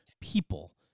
people